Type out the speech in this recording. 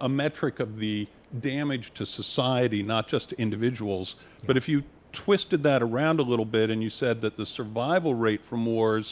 a metric of the damage to society not just individuals but if you twisted that around a little bit and you said that the survival rate from more